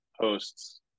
posts